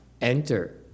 enter